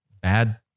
bad